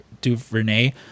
DuVernay